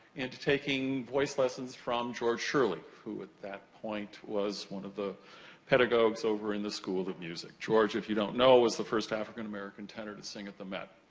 into taking voice lessons from george shirley, who, at that point, was one of the pedagogies over in the school of music. george, if you don't know, was the first african-american tenor to sing at the met.